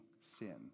sin